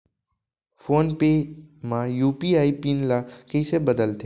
Phone पे म UPI PIN ल कइसे बदलथे?